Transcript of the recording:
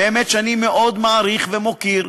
שבאמת אני מאוד מעריך ומוקיר,